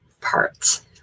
parts